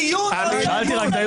הדיון הזה הסתיים.